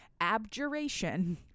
abjuration